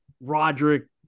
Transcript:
Roderick